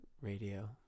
radio